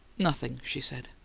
nothing, she said.